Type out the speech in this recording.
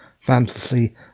Fantasy